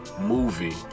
movie